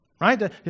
right